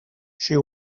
she